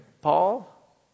Paul